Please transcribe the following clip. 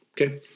Okay